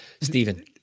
Stephen